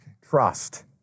trust